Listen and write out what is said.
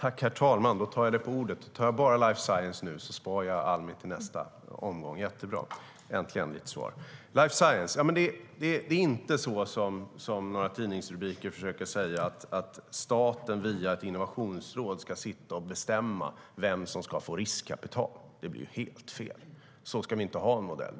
Herr talman! Då tar jag Penilla Gunther på orden och tar bara life science nu och sparar Almi till nästa omgång - jättebra, äntligen lite svar! Det är inte så som några tidningsrubriker försöker säga, att staten via ett innovationsråd ska sitta och bestämma vem som ska få riskkapital. Det blir ju helt fel. En sådan modell ska vi inte ha.